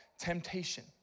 temptation